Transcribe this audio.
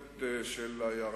את זה,